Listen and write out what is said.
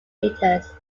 meters